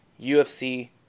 UFC